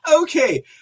Okay